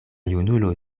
junulo